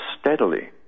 steadily